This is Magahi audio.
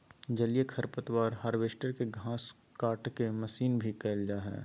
जलीय खरपतवार हार्वेस्टर, के घास काटेके मशीन भी कहल जा हई